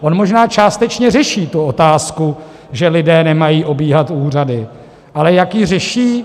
On možná částečně řeší tu otázku, že lidé nemají obíhat úřady, ale jak ji řeší?